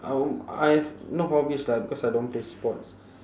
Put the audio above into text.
I w~ I have no hobbies lah because I don't play sports